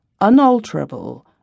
unalterable